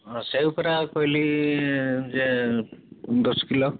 ହଁ ସେଓ ପରା କହିଲି ଯେ ଦଶ କିଲୋ